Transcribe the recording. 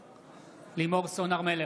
בעד לימור סון הר מלך,